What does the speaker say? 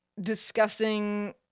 discussing